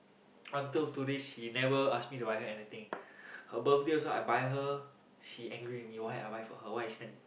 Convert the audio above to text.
until today she never ask me to buy her anything her birthday also I buy her she angry with me why I buy for her why I spend